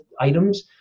items